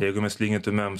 jeigu mes lygintumėm